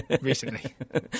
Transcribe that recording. recently